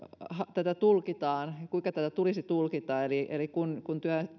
tulkitaan kuinka tätä tulisi tulkita kun kun